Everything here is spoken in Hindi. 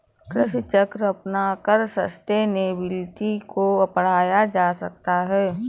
कृषि चक्र अपनाकर सस्टेनेबिलिटी को बढ़ाया जा सकता है